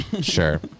Sure